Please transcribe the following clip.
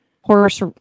horse